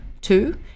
two